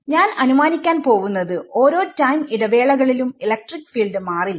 ഞാൻ അനുമാനിക്കാൻ പോവുന്നത് ഓരോ ടൈം ഇടവേളകളിലും ഇലക്ട്രിക് ഫീൽഡ് മാറില്ല